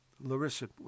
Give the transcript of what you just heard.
Larissa